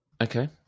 Okay